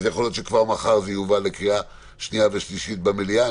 יכול להיות שכבר מחר זה יובא לקריאה שנייה ושלישית במליאה.